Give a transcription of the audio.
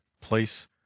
place